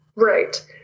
Right